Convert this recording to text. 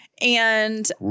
and-